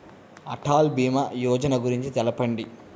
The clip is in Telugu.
అటల్ భీమా యోజన గురించి తెలుపండి?